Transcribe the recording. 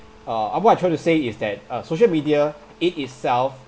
uh what I'm trying to say is that uh social media it itself